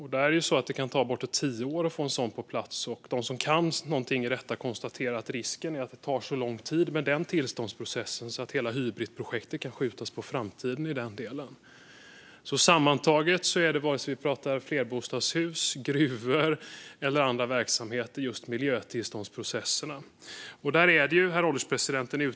Det kan ta bortåt tio är att få en sådan på plats, och de som kan något om detta konstaterar att risken är att tillståndsprocessen tar så lång tid att hela Hybritprojektet kan skjutas på framtiden. Sammantaget handlar det, vare sig vi talar om flerbostadshus, gruvor eller andra verksamheter, om just miljötillståndsprocesserna. Herr ålderspresident!